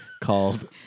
called